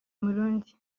murundi